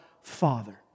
Father